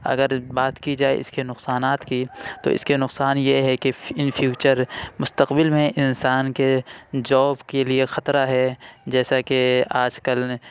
اگر بات کی جائے اِس کے نقصانات کی تو اِس کے نقصان یہ ہے کہ ان فیوچر مستقبل میں انسان کے جوب کے لیے خطرہ ہے جیسا کہ آج کل